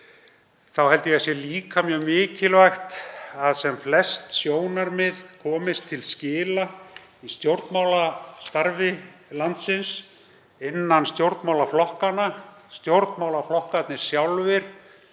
Þá held ég að það sé líka mjög mikilvægt að sem flest sjónarmið komist til skila í stjórnmálastarfi landsins, innan stjórnmálaflokkanna. Stjórnmálaflokkarnir sjálfir